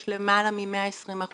יש למעלה מ-120%